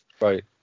Right